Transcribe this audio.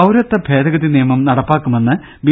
പൌരത്വ ഭേദഗതി നിയമം നടപ്പാക്കുമെന്ന് ബി